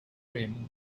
rim